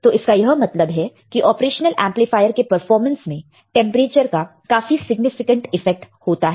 तो इसका यह मतलब है की ऑपरेशनल एमप्लीफायर के परफॉर्मेंस में टेंपरेचर का एक काफी सिग्निफिकेंट इफेक्ट होता है